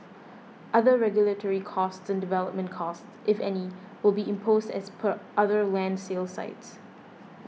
other regulatory costs and development costs if any will be imposed as per other land sales sites